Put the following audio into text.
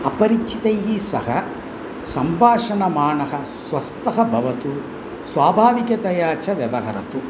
अपरिचितैः सह सम्भाषणमानः स्वस्थः भवतु स्वाभाविकतया च व्यवहरतु